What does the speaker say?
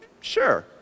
sure